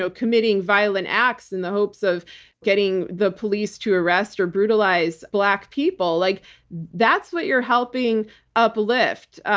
so committing violent acts in the hopes of getting the police to arrest or brutalize black people. like that's what you're helping uplift.